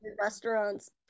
restaurant's